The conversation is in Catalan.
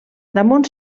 damunt